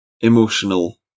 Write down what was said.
emotional